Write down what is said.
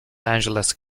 angeles